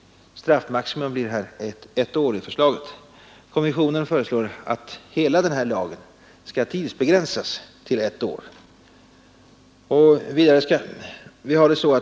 Straffmaximum föreslås bli fängelse i ett år. Kommissionen föreslår att lagen tidsbegränsas till ett år.